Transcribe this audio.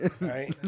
Right